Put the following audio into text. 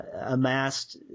amassed